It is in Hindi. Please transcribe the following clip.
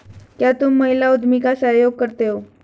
क्या तुम महिला उद्यमी का सहयोग करते हो?